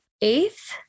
eighth